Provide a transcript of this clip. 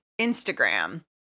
Instagram